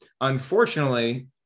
unfortunately